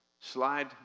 slide